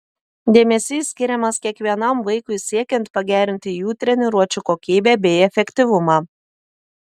dėmesys skiriamas kiekvienam vaikui siekiant pagerinti jų treniruočių kokybę bei efektyvumą